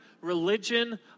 religion